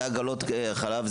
אלה עגלות חלב,